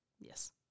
Yes